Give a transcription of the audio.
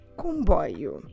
comboio